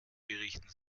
berichten